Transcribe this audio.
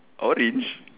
orange